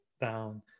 down